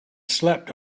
slept